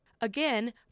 Again